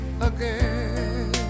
again